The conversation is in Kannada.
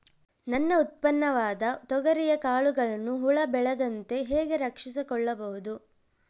ನನ್ನ ಉತ್ಪನ್ನವಾದ ತೊಗರಿಯ ಕಾಳುಗಳನ್ನು ಹುಳ ಬೇಳದಂತೆ ಹೇಗೆ ರಕ್ಷಿಸಿಕೊಳ್ಳಬಹುದು?